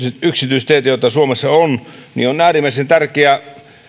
yksityisteitä mitä suomessa on on äärimmäisen tärkeä